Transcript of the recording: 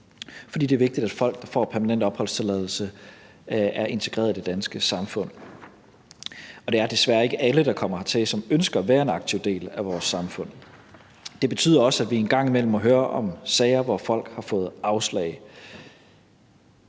fordi det er vigtigt, at folk, der får permanent opholdstilladelse, er integreret i det danske samfund. Det er desværre ikke alle, der kommer hertil, som ønsker at være en aktiv del af vores samfund. Det betyder også, at vi en gang imellem må høre om sager, hvor folk har fået afslag.